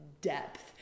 depth